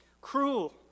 Cruel